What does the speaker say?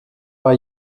war